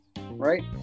right